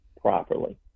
properly